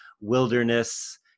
wilderness